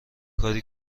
کاری